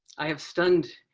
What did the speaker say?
i have stunned.